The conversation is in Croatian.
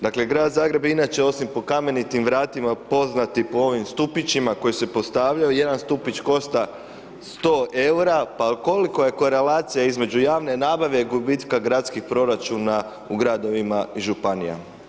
Dakle, Grad Zagreb je inače po Kamenitim vratima, poznat i po ovim stupićima koji se postavljaju, jedan stupić košta 100 eura, pa koliko je korelacija između javne nabave i gubitka gradskih proračuna u gradovima i županija?